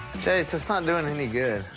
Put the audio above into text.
jase, it's not doing any good.